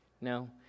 No